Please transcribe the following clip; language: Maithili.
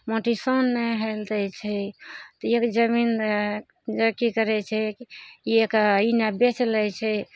मोटिसन नहि होइ लए दै छै तऽ एक जमीन की करय छै एक इन्ने बेच लै छै